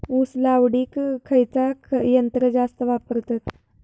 ऊस लावडीक खयचा यंत्र जास्त वापरतत?